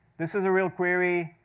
this is a real query,